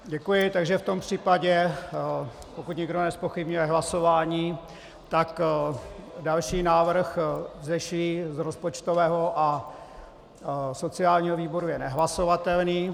Děkuji, takže v tom případě, pokud nikdo nezpochybňuje hlasování, tak další návrh z rozpočtového a sociálního výboru je nehlasovatelný.